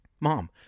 Mom